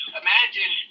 imagine